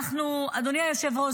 אדוני היושב-ראש,